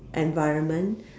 environment